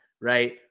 right